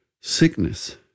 sickness